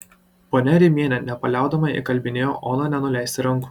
ponia rimienė nepaliaudama įkalbinėjo oną nenuleisti rankų